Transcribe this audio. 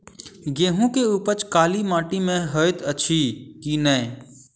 गेंहूँ केँ उपज काली माटि मे हएत अछि की नै?